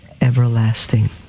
everlasting